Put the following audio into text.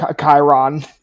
Chiron